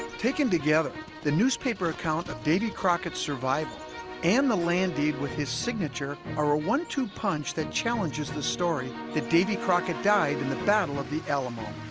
taken together the newspaper account of davy crockett's survival and the landing with his signature are a one-two punch that challenges the story that davy crockett died in the battle of the alamo